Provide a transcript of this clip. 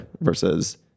versus